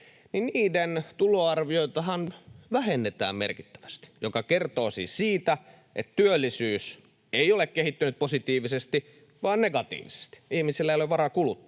niiden tuloarvioitahan vähennetään merkittävästi, mikä kertoo siis siitä, että työllisyys ei ole kehittynyt positiivisesti vaan negatiivisesti. Ihmisillä ei ole varaa kuluttaa.